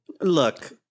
Look